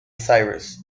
cyrus